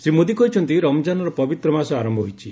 ଶ୍ରୀ ମୋଦି କହିଛନ୍ତି ରମ୍ଜାନର ପବିତ୍ର ମାସ ଆରମ୍ଭ ହୋଇଛି